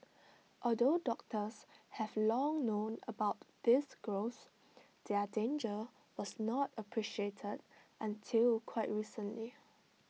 although doctors have long known about these growths their danger was not appreciated until quite recently